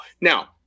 Now